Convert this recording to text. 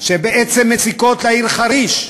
שבעצם מציקות לעיר חריש,